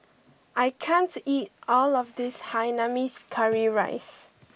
I can't eat all of this Hainanese Curry Rice